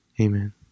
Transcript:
Amen